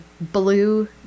Blue